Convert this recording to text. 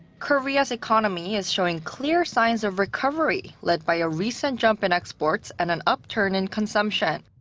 korea's economy is showing clear signs of recovery, led by a recent jump in exports and an upturn in consumption.